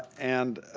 and